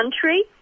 country